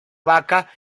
baca